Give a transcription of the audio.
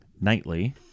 nightly